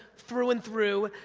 through and through.